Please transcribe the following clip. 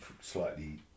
slightly